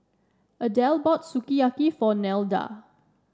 Adell bought Sukiyaki for Nelda